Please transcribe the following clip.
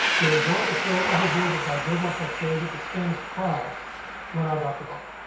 they were going to throw it over bordered by good luck. i saved at the spanish cried when i got the book.